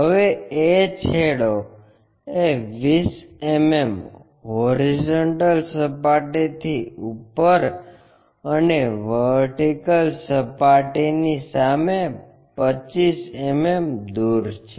હવે a છેડો એ 20 mm હોરિઝોન્ટલ સપાટીથી ઉપર અને વર્ટિકલ સપાટીની સામે 25 mm દૂર છે